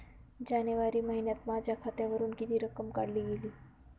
जानेवारी महिन्यात माझ्या खात्यावरुन किती रक्कम काढली गेली?